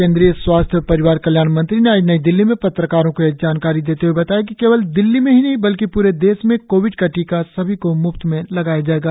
केंद्रीय स्वास्थ्य और परिवार कल्याण मंत्री ने आज नई दिल्ली में पत्रकारों को यह जानकारी देते हए बताया कि केवल दिल्ली में ही नहीं बल्कि प्रे देश में कोविड का टीका सभी को म्फ्त में लगाया जाएगा